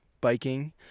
biking